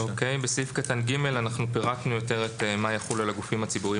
בסעיף קטן (ג) אנחנו פירטנו יותר את מה יחול על הגופים הציבוריים